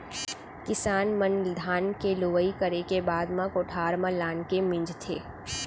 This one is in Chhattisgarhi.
किसान मन धान के लुवई करे के बाद म कोठार म लानके मिंजथे